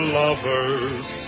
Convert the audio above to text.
lover's